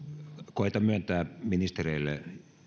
koetan myöntää ministereille